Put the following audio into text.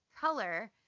color